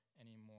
anymore